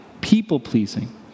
people-pleasing